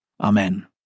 Amen